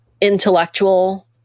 intellectual